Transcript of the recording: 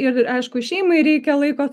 ir aišku šeimai reikia laiko